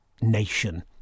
nation